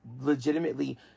legitimately